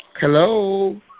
Hello